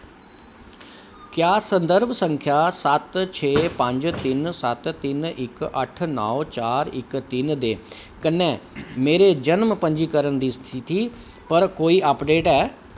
क्या संदर्भ संख्या सत्त छे पंज तिन सत्त तिन्न इक अट्ठ नौ चार इक तिन्न दे कन्नै मेरे जन्म पंजीकरण दी स्थिति पर कोई अपडेट ऐ